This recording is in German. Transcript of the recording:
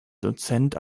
dozent